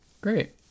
Great